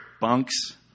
bunks